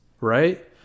right